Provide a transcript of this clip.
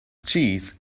cheese